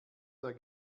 der